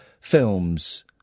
films